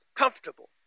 Comfortable